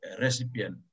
recipient